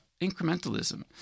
incrementalism